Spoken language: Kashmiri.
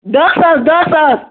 دَہ ساس دَہ ساس